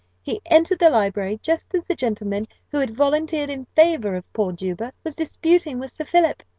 he entered the library just as the gentleman who had volunteered in favour of poor juba was disputing with sir philip.